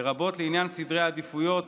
לרבות לעניין סדרי העדיפויות,